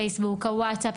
והווטסאפ,